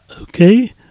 Okay